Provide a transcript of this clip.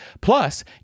Plus